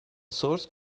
source